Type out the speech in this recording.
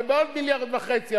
ובעוד מיליארד וחצי,